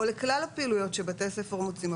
או לכלל הפעילויות שבתי ספר מוציאים.